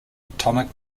atomic